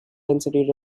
density